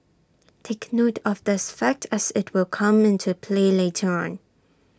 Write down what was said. take note of this fact as IT will come into play later on